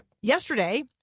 yesterday